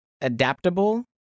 adaptable